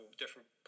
different